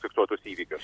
fiksuotus įvykius